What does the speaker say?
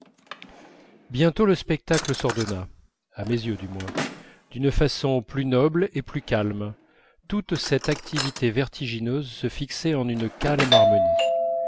bientôt le spectacle s'ordonna à mes yeux du moins d'une façon plus noble et plus calme toute cette activité vertigineuse se fixait en une calme harmonie